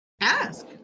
Ask